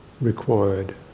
required